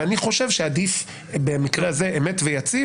ואני חושב שעדיף במקרה הזה אמת ויציב